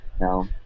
No